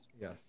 Yes